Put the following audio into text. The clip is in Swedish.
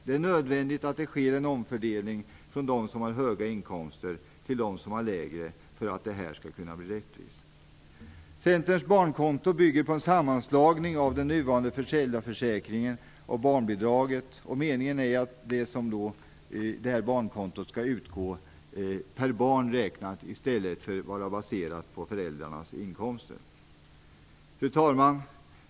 Det är nödvändigt att det sker en omfördelning från dem som har höga inkomster till dem som har lägre för att det här skall kunna bli rättvist. Centerns barnkonto bygger på en sammanslagning av den nuvarande föräldraförsäkringen och barnbidraget, och meningen är att ersättningen skall utgå per barn i stället för att vara baserad på föräldrarnas inkomster. Fru talman!